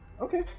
Okay